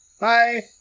Bye